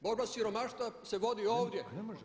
Borba siromaštva se vodi ovdje.